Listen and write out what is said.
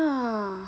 yeah